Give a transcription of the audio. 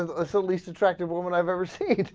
ah the ah so least factor will will ever seek